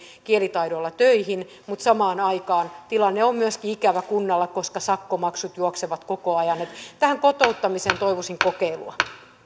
kielitaidolla töihin mutta samaan aikaan tilanne on myöskin ikävä kunnalle koska sakkomaksut juoksevat koko ajan tähän kotouttamiseen toivoisin kokeilua